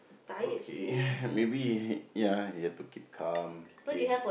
okay maybe ya you have to keep calm okay